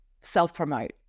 self-promote